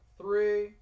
three